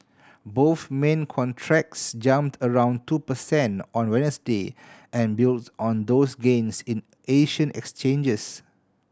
both main contracts jumped around two percent on Wednesday and built on those gains in Asian exchanges